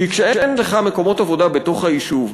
כי כשאין לך מקומות עבודה בתוך היישוב,